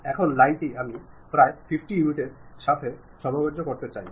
এখন লাইনটি আমি প্রায় 50 ইউনিটের সাথে সামঞ্জস্য করতে চাই